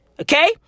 Okay